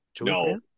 No